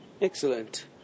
Excellent